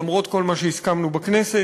למרות כל מה שהסכמנו בכנסת,